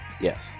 Yes